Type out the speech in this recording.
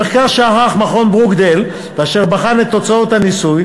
מחקר שערך מכון ברוקדייל ואשר בחן את תוצאות הניסוי